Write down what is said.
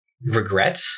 regret